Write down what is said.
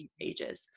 pages